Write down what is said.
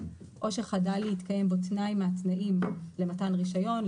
או שחדל להתקיים בו תנאי מהתנאים למתן רישיון,